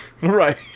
Right